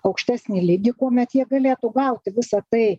aukštesnį lygį kuomet jie galėtų gauti visa tai